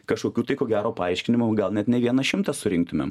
kažkokių tai ko gero paaiškinimų gal net ne vienas šimtas surinktumėm